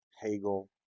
Hegel